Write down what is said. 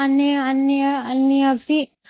अन्यः अन्यः अन्यः अपि